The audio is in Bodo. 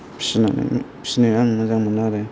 फिसिनानै फिसिनो आं मोजां मोनो आरो